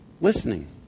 Listening